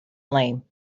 lame